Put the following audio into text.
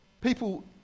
people